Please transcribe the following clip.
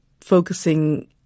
focusing